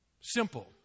Simple